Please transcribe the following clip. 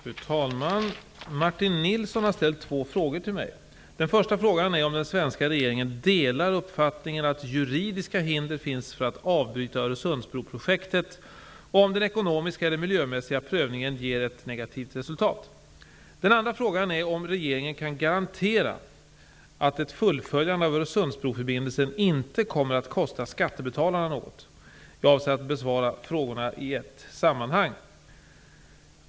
Fru talman! Martin Nilsson har ställt två frågor till mig. Den första frågan är om den svenska regeringen delar uppfattningen att juridiska hinder finns för att avbryta Öresundsbroprojektet om den ekonomiska eller miljömässiga prövningen ger ett negativt resultat. Den andra frågan är om regeringen kan garantera att ett fullföljande av Öresundsbroförbindelsen inte kommer att kosta skattebetalarna något. Jag avser att besvara frågorna i ett sammanhang.